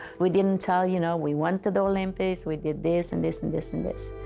we didn't tell, you know, we went to the olympics, we did this and this and this and this.